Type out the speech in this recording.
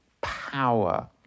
power